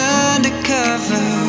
undercover